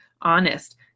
honest